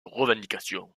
revendication